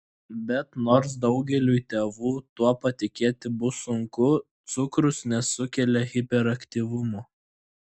bet nors daugeliui tėvų tuo patikėti bus sunku cukrus nesukelia hiperaktyvumo